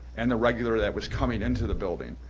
and the regulator that was coming into the building.